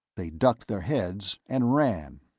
they ducked their heads and ran.